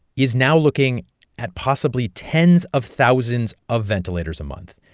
is now looking at possibly tens of thousands of ventilators a month.